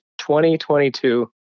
2022